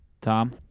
Tom